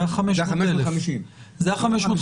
אלה ה-550 אלף.